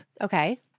Okay